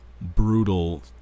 brutal